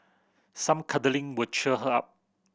some cuddling would cheer her up